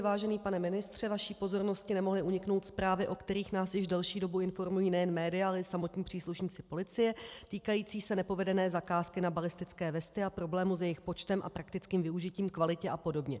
Vážený pane ministře, vaší pozornosti nemohly uniknout zprávy, o kterých nás již delší dobu informují nejen média, ale i samotní příslušníci policie, týkající se nepovedené zakázky na balistické vesty, problému s jejich počtem, praktickým využitím, kvalitou a podobně.